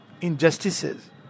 injustices